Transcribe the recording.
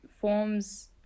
forms